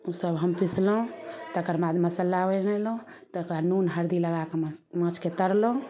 ओ सब हम पीसलहुॅं तकर बाद मसल्ला मिलेलहुॅं तकर बाद नून हरदी लगाके माछके तरलहुॅं